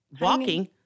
walking